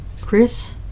Chris